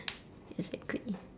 exactly